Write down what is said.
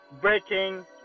breaking